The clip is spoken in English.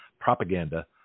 propaganda